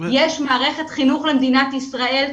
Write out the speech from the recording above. יש מערכת חינוך למדינת ישראל,